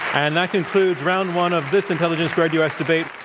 and that concludes round one of this intelligence squared u. s. debate,